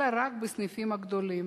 אלא רק את הסניפים הגדולים.